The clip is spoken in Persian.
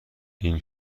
این